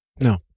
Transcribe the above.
no